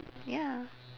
ya